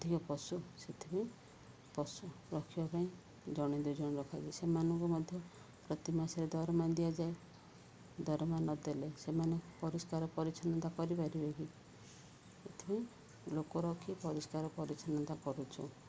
ଅଧିକ ପଶୁ ସେଥିପାଇଁ ପଶୁ ରଖିବା ପାଇଁ ଜଣେ ଦୁଇ ଜଣ ରଖାଯାଏ ସେମାନଙ୍କୁ ମଧ୍ୟ ପ୍ରତି ମାସରେ ଦରମା ଦିଆଯାଏ ଦରମା ନଦେଲେ ସେମାନେ ପରିଷ୍କାର ପରିଚ୍ଛନ୍ନତା କରିପାରିବେ କିି ଏଥିପାଇଁ ଲୋକ ରଖି ପରିଷ୍କାର ପରିଚ୍ଛନ୍ନତା କରୁଛୁ